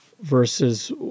versus